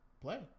play